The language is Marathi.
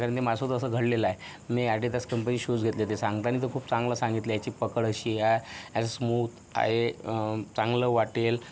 कारण मासं तसं घडलेलं आहे मी आदिदास कंपनीचे शूज घेतले होते ते सांगताना तर खूप चांगलं सांगितले याची पकड अशी आहे याचं स्मूथ आहे चांगलं वाटेल